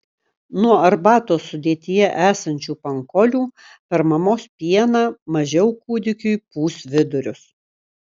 nuo arbatos sudėtyje esančių pankolių per mamos pieną mažiau kūdikiui pūs vidurius